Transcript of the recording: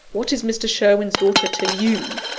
what is mr. sherwin's daughter to you?